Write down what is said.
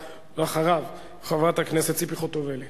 אחריו, חברת הכנסת ציפי חוטובלי.